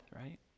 right